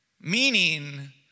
Meaning